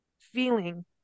feeling